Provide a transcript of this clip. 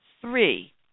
Three